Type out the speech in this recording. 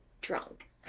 drunk